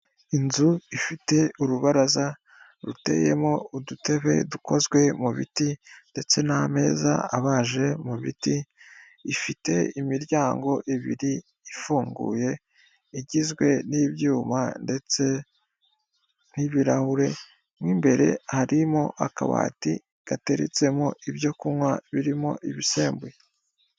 Inzu ifite urubaraza ruteyemo udutebe dukozwe mu biti ndetse n'ameza abaje mu biti, ifite imiryango ibiri ifunguye igizwe n'ibyuma ndetse n'ibirahure mo imbere harimo akabati gateretsemo ibyo kunywa birimo ibisembuye.